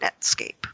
Netscape